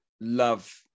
love